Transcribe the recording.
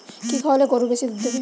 কি খাওয়ালে গরু বেশি দুধ দেবে?